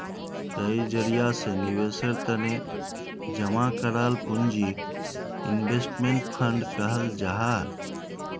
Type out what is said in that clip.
कई जरिया से निवेशेर तने जमा कराल पूंजीक इन्वेस्टमेंट फण्ड कहाल जाहां